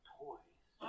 toys